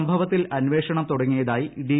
സംഭവത്തിൽ അന്വേഷണം തുടങ്ങിയതായി ഡി